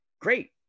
Great